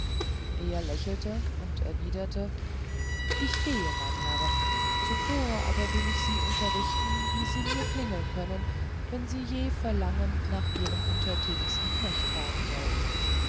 er lächelte und erwiderte ich gehe mein herr zuvor aber will ich sie unterrichten wie sie mir klingeln können wenn sie je verlangen nach ihrem untertänigsten knecht tragen sollten